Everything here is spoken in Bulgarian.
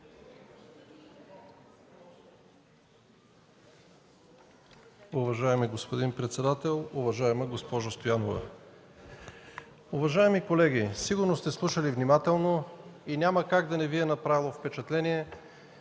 Уважаеми колеги, сигурно сте слушали внимателно и няма как да не Ви е направило впечатление,